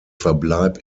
verbleib